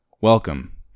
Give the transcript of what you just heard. Welcome